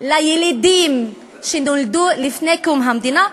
לילידים שנולדו לפני קום המדינה.